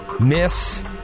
Miss